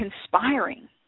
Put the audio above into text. conspiring